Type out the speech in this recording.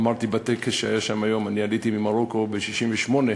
אמרתי בטקס שהיה שם היום שעליתי ממרוקו ב-1968,